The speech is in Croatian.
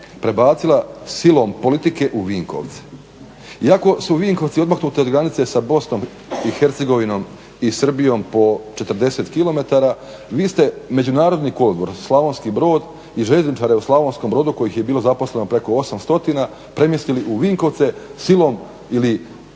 prebacila silom politike u Vinkovce. Iako su Vinkovci odmaknuti od granice sa Bosnom i Hercegovinom i Srbijom po 40km, vi ste međunarodni kolodvor Slavonski Brod i željezničare u Slavonskom Brodu kojih je bilo zaposleno preko 800 premjestili u Vinkovce silom ili